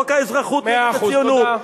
חוק האזרחות, נגד הציונות, מאה אחוז, תודה.